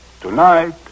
Tonight